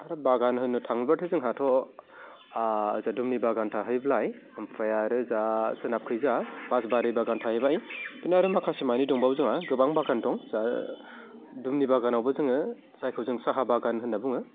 आरो बागान होननो थाङोब्लाथ' जोंहाथ' जे दुमि बागान थाहैब्लाय ओमफ्राय आरो जा सोनाबखैजा बासबारि बागान थाहैबाय बिदिनो आरो माखासे माने दंबावो जोंहा गोबां बागान दं जा दुमनि बागानावबो जोङो जायखौ जोङो साहा बागान होनना बुङो